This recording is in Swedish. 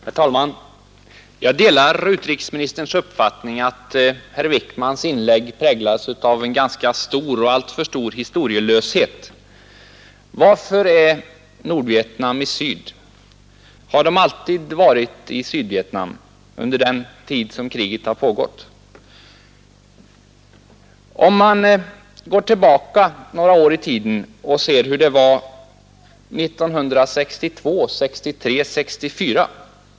Herr talman! Jag delar utrikesministerns uppfattning att herr Wijkmans inlägg präglades av en allför stor historielöshet. Varför är nordvietnameserna i Sydvietnam? Har de alltid varit i Sydvietnam under den tid kriget pågått? Jag vill gå tillbaka i tiden och påminna om hur det var före 1964.